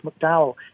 McDowell